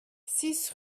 six